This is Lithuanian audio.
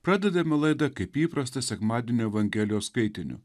pradedame laidą kaip įprasta sekmadienio evangelijos skaitiniu